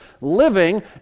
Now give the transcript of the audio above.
living